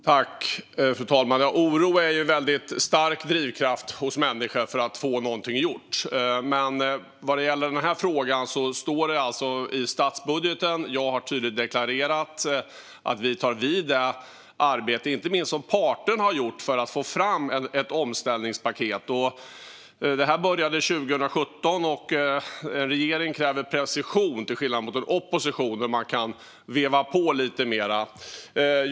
Fru talman! Oro är en ju en väldigt stark drivkraft hos människor för att få någonting gjort, men vad gäller den här frågan står det tydligt i statsbudgeten, och jag har tydligt deklarerat att vi tar vid det arbete som inte minst parterna har gjort för att få fram ett omställningspaket. Detta började 2017. En regering kräver precision, till skillnad från en opposition där man kan veva på lite mer.